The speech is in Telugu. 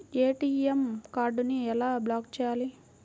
ఏ.టీ.ఎం కార్డుని ఎలా బ్లాక్ చేయాలి?